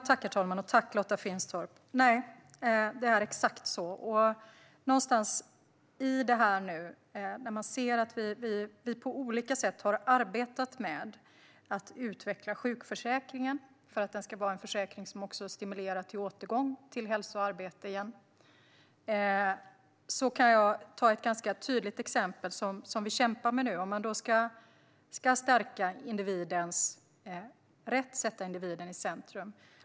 Herr talman! Tack, Lotta Finstorp! Exakt så är det. Vi har arbetat på olika sätt med att utveckla sjukförsäkringen, för att den ska vara en försäkring som också stimulerar till återgång till hälsa och arbete. Jag kan ta ett ganska tydligt exempel som vi kämpar med nu. Det gäller att stärka individens rätt och att sätta individen i centrum.